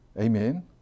Amen